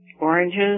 Oranges